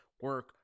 Work